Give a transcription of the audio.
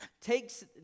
takes